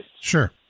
Sure